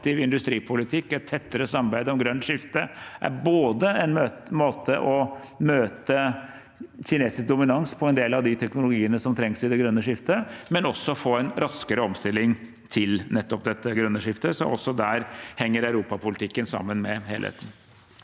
aktiv industripolitikk og et tettere samarbeid om grønt skifte. Det er både en måte å møte kinesisk dominans på overfor en del av teknologiene som trengs i det grønne skiftet, og en måte å få en raskere omstilling til nettopp det grønne skiftet på. Også der henger europapolitikken sammen med helheten.